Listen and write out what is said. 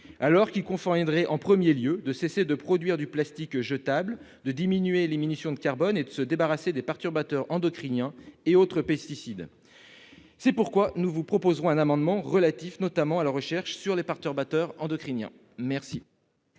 alors qu'il conviendrait en premier lieu de cesser de produire du plastique jetable, de diminuer les émissions de carbone et de se débarrasser des perturbateurs endocriniens et autres pesticides. C'est pourquoi nous défendrons un amendement relatif, notamment, à la recherche sur les perturbateurs endocriniens. Je